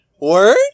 Word